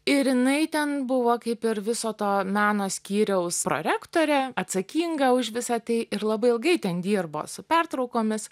ir jinai ten buvo kaip ir viso to meno skyriaus prorektorė atsakinga už visą tai ir labai ilgai ten dirbo su pertraukomis